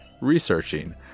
researching